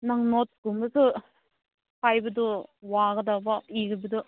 ꯅꯪ ꯅꯣꯠꯁ ꯀꯨꯝꯕꯁꯨ ꯍꯥꯏꯕꯗꯨ ꯋꯥꯒꯗꯧꯕ ꯏꯕꯗꯨ